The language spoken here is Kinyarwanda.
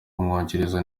w’umwongereza